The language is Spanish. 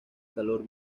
color